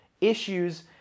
issues